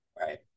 Right